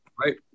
Right